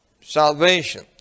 salvation